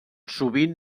sovint